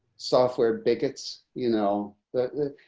software bigots, you know, the,